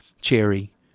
cherry